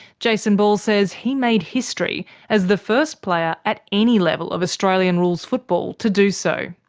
jason ball says he made history as the first player at any level of australian rules football to do so.